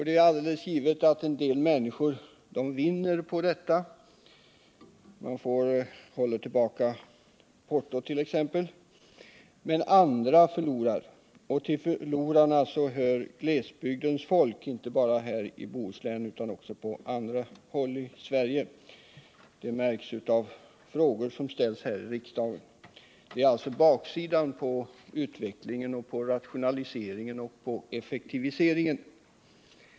Det är helt givet att en del människor vinner på det — portot hålls nere t.ex. — men andra förlorar. Och till förlorarna hör glesbygdens folk — inte bara i Bohuslän utan också på andra håll i Sverige. Det märks av frågor som ställs här i riksdagen. Det är baksidan av utveckling, rationalisering och effektivering.